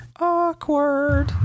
Awkward